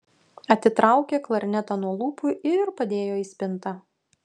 atitraukė klarnetą nuo lūpų ir padėjo į spintą